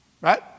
Right